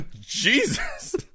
Jesus